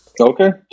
Okay